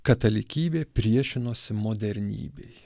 katalikybė priešinosi modernybei